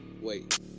Wait